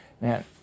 man